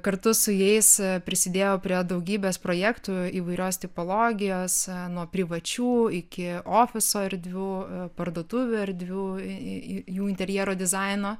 kartu su jais prisidėjau prie daugybės projektų įvairios tipologijos nuo privačių iki ofiso erdvių parduotuvių erdvių į jų interjero dizaino